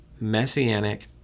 messianic